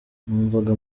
numvaga